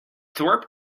thorpe